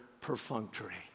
perfunctory